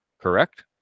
correct